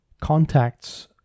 contacts